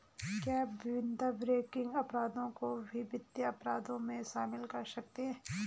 क्या विभिन्न बैंकिंग अपराधों को भी वित्तीय अपराधों में शामिल कर सकते हैं?